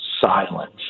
silence